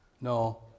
no